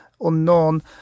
unknown